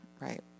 right